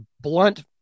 blunt